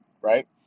right